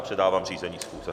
Předávám řízení schůze.